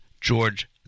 George